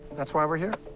that's why we're here.